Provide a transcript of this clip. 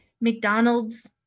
McDonald's